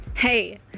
Hey